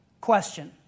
question